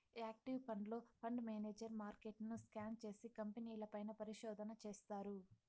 active ఫండ్లో, fund manager మార్కెట్ను scan చేసి, కంపెనీల పైన పరిశోధన చేస్తారు